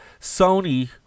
Sony